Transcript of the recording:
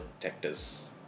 detectors